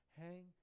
hang